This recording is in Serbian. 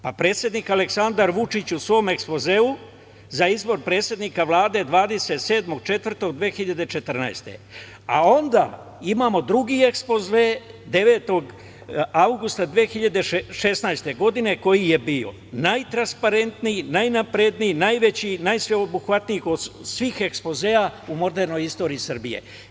Pa predsednik Aleksandar Vučić, u svom ekspozeu za izbor predsednika Vlade 27. aprila 2014. godine, a onda imamo drugi ekspoze, 9. avgusta 2016. godine, koji je bio najtransparetniji, najveći, najsveobuhvatniji od svih ekspozea u modernoj istoriji Srbije.